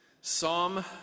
Psalm